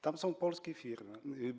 Tam są polskie firmy.